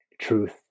truth